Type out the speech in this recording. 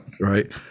right